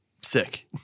Sick